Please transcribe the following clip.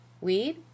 Weed